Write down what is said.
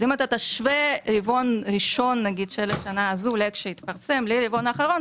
אז אם אתה תשווה רבעון ראשון של השנה הזו לאיך שזה התפרסם לרבעון אחרון,